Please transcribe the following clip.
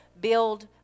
build